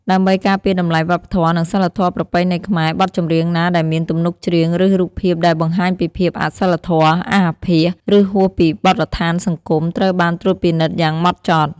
ដើម្បីការពារតម្លៃវប្បធម៌ និងសីលធម៌ប្រពៃណីខ្មែរ បទចម្រៀងណាដែលមាន ទំនុកច្រៀង ឬរូបភាពដែលបង្ហាញពីភាពអសីលធម៌ អាសអាភាស ឬហួសពីបទដ្ឋានសង្គម ត្រូវបានត្រួតពិនិត្យយ៉ាងម៉ត់ចត់។